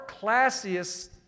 classiest